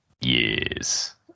Yes